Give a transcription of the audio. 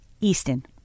Easton